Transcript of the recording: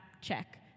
check